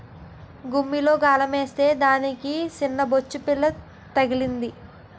గుమ్మిలో గాలమేత్తే దానికి సిన్నబొచ్చుపిల్ల తగిలింది